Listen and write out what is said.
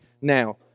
now